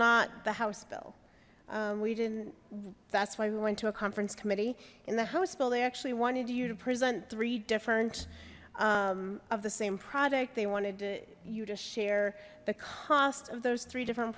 not the house bill we didn't that's why we went to a conference committee in the house bill they actually wanted you to present three different of the same product they wanted you to share the cost of those three different